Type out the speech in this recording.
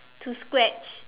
to scratch